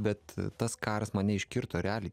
bet tas karas mane iškirto realiai